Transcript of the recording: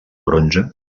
bronze